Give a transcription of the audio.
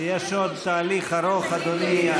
יש עוד תהליך ארוך, אדוני.